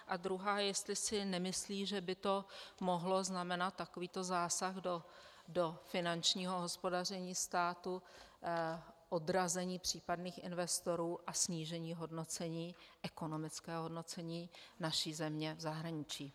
A druhá, jestli si nemyslí, že by mohl znamenat takovýto zásah do finančního hospodaření státu odrazení případných investorů a snížení ekonomického hodnocení naší země v zahraničí.